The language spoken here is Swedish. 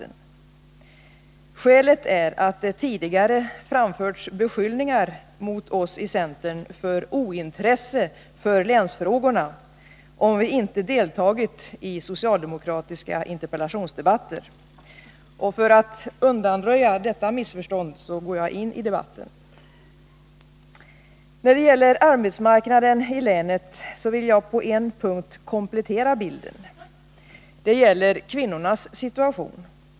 Skälet till att jag säger detta är att det tidigare framförts beskyllningar mot oss i centern för att vi saknar intresse för länsfrågorna, om vi inte deltagit i socialdemokratiska interpellationsdebatter. För att undanröja sådana missförstånd går jag in i debatten. När det gäller arbetsmarknaden i länet vill jag på en punkt komplettera Nr 50 bilden. Det gäller kvinnornas situation.